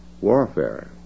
warfare